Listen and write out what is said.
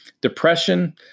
Depression